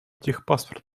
техпаспорт